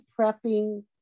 prepping